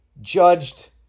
judged